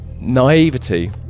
naivety